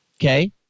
okay